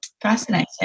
Fascinating